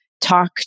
talk